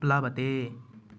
प्लवते